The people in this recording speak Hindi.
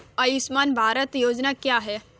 आयुष्मान भारत योजना क्या है?